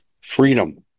freedom